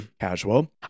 Casual